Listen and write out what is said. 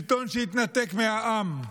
שלטון שהתנתק מהעם,